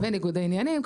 וניגוד העניינים,